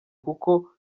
kuko